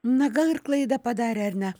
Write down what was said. na gal ir klaidą padarė ar ne